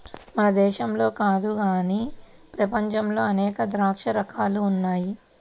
మన దేశంలో కాదు గానీ ప్రపంచంలో అనేక ద్రాక్ష రకాలు ఉన్నాయి